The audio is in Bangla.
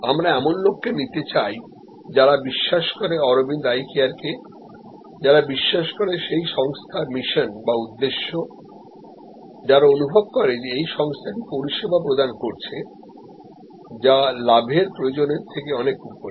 আমরা এমন লোককে নিতে চাই যারা বিশ্বাস করে অরবিন্দ আই কেয়ার কেযারা বিশ্বাস করে সেই সংস্থার missionবা উদ্দেশ্য যারা অনুভব করে যে এই সংস্থাটি পরিষেবা প্রদান করছেযা লাভের প্রয়োজনের থেকে অনেকউপরে